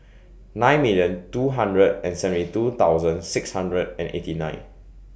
nine million two hundred and seventy two thousand six hundred and eighty nine